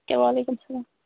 ادٕ کیاہ وعلیکُم السلام